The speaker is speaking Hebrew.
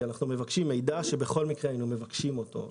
אנחנו מבקשים מידע שבכל מקרה מבקשים אותו.